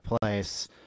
place